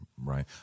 Right